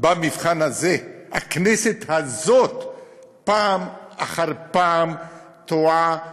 במבחן הזה הכנסת הזאת פעם אחר פעם טועה,